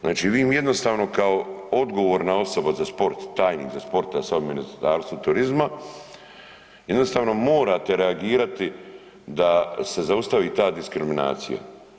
Znači vi im jednostavno kao odgovorna osoba za sport, tajnik za sporta sa Ministarstvom turizma, jednostavno morate reagirati da se zaustavi ta diskriminacija.